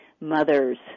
mothers